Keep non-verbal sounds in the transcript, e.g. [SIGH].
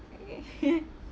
[NOISE]